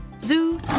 zoo